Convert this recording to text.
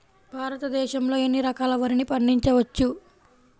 భారతదేశంలో ఎన్ని రకాల వరిని పండించవచ్చు